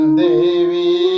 devi